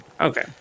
Okay